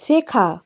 শেখা